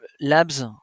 labs